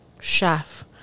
chef